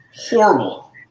Horrible